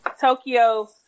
Tokyo